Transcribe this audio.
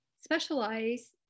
specialize